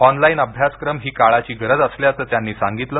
online अभ्यासक्रम ही काळाची गरज असल्याचं त्यांनी सांगितलं